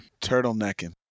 Turtlenecking